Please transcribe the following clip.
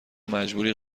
مجبوری